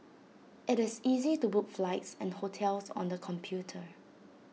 IT is easy to book flights and hotels on the computer